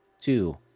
Two